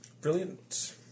Brilliant